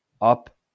up